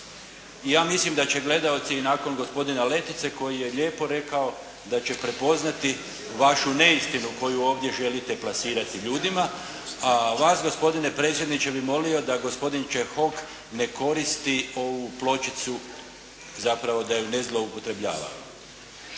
ja mislim da će gledaoci i nakon gospodina Letice koji je lijepo rekao da će prepoznati vašu neistinu koju ovdje želite plasirati ljudima, a vas gospodine predsjedniče bih molio da gospodin Čehok ne koristi ovu pločicu, zapravo da ju ne zloupotrebljava.